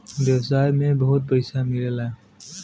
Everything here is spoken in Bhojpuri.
व्यवसाय में बहुत पइसा मिलेला